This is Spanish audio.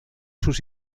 sus